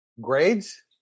Grades